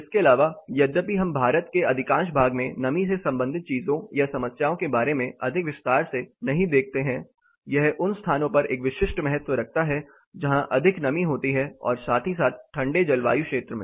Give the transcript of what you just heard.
इसके अलावा यद्यपि हम भारत के अधिकांश भाग में नमी से संबंधित चीजों या समस्याओं के बारे में अधिक विस्तार से नहीं देखते है यह उन स्थानों पर एक विशिष्ट महत्व रखता है जहां अधिक नमी होती है और साथ ही साथ ठंडे जलवायु क्षेत्र में